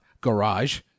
garage